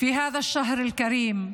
בחודש המבורך הזה,